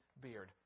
beard